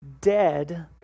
dead